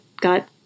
got